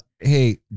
Hey